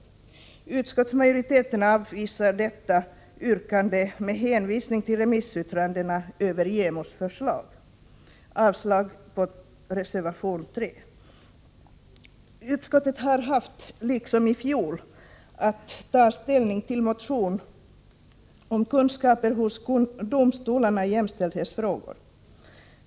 Utskottsmajoriteten avvisar detta yrkande med hänvisning till remissyttranden över JämO:s förslag. Jag yrkar avslag på reservation 3. Utskottet har — liksom i fjol — haft att ta ställning till en motion om kunskaperna hos domstolarna i jämställdhetsfrågor.